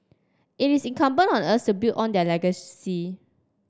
it is incumbent on us build on their legacy